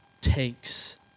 takes